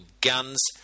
guns